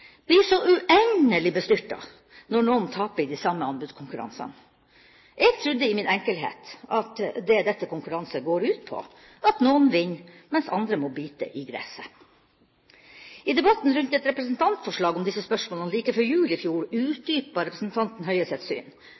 blir så uendelig bestyrtet når noen taper i de samme anbudskonkurransene. Jeg trodde i min enkelhet at det er dette konkurranse går ut på, at noen vinner, mens andre må bite i gresset. I debatten rundt et representantforslag om disse spørsmålene like før jul i fjor utdypet representanten Høie sitt syn.